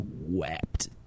wept